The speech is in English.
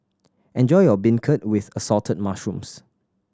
enjoy your beancurd with Assorted Mushrooms